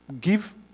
give